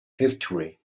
history